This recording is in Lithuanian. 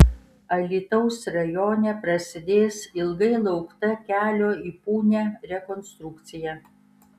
alytaus rajone prasidės ilgai laukta kelio į punią rekonstrukcija